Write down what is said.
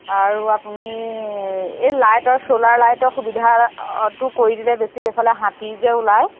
আৰু আপুনি এই লাইটৰ আৰু চলাৰ লাইটৰ সুবিধাটো কৰি দিলে বেছি এইফালে হাতী যে ওলায়